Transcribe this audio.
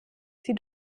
sie